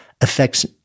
affects